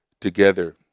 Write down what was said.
together